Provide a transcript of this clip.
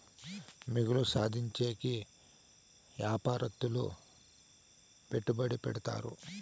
మిగులు సాధించేకి యాపారత్తులు పెట్టుబడి పెడతారు